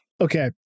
okay